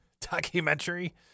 documentary